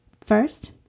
First